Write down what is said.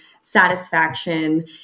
satisfaction